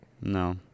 No